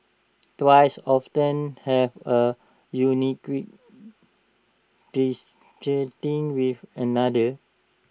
twins often have A unique with another